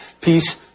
Peace